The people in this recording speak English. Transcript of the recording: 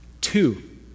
Two